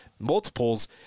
multiples